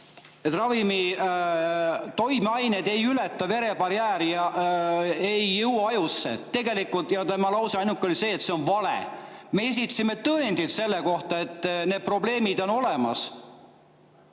et ravimi toimeained ei ületa verebarjääri ja ei jõua ajusse. Tegelikult tema ainuke lause oli see, et see [väide] on vale. Me esitasime tõendid selle kohta, et need probleemid on olemas.